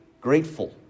grateful